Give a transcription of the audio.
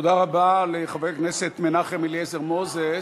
תודה רבה לחבר הכנסת מנחם אליעזר מוזס.